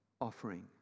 offering